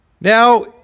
Now